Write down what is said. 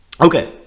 Okay